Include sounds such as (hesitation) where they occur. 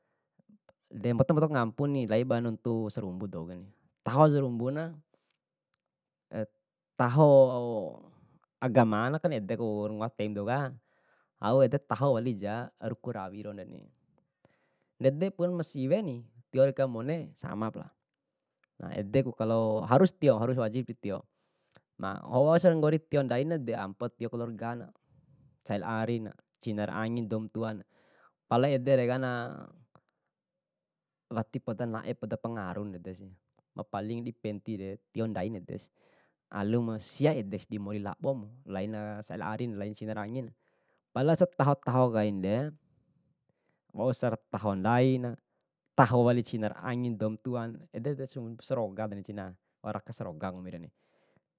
De mboto mboto kangampuni laina ba nuntu sarumbu douken, taho sarumbuna (hesitation) taho agamana kan edeku ra ngoa teiba douka, au ede taho walija ruku rawi raundeni, ndede pun ma siweni tio dekan mone, samapa na edeku kalo harus tio harus waji di tio, ma wausi nggori tio ndaina ampo tio keluargana, sae la arina, cina ra angina, doum tuana pala edere kana, wati poda nae poda pengarundedesi na paling di pentire tio ndai edesi, alum sia edesi dimori labom, laina saera arina laina cinara angin, pala setaho taho kainde, wausar taho ndaina, taho wali cina raangina, doum tuana, (unintelligible) saroga de cina, waura raka saroga nggomire.